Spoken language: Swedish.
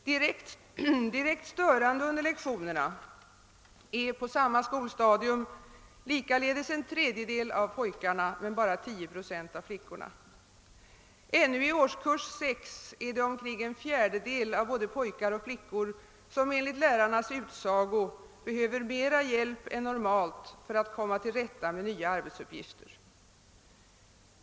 Direkt störande under lektionerna är på samma skolstadium likaledes en tredjedel av pojkarna men bara 10 procent av flickorna. Ännu i årskurs 6 är det omkring en fjärdedel av både pojkar och flickor som enligt lärarnas utsago »behöver mera hjälp än normalt för att kunna komma tillrätta med nya arbetsuppgifter».